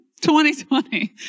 2020